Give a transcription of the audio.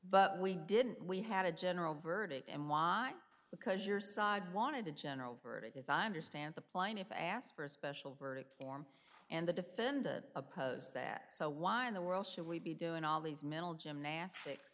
but we didn't we had a general verdict and why because your side wanted a general verdict is i understand the plaintiff asked for a special verdict form and the defendant opposed that so why in the world should we be doing all these mental gymnastics